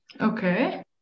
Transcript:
Okay